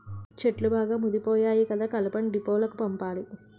చెట్లు బాగా ముదిపోయాయి కదా కలపను డీపోలకు పంపాలి